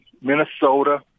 Minnesota